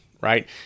right